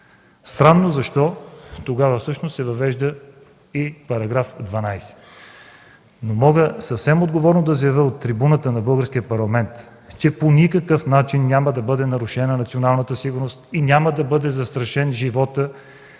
Странно защо тогава всъщност се въвежда § 12? Мога съвсем отговорно да заявя от трибуната на Българския парламент, че по никакъв начин няма да бъде нарушена националната сигурност и няма да бъде застрашен животът